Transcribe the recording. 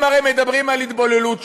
הם הרי מדברים על התבוללות שם,